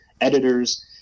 editors